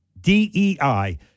DEI